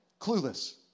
clueless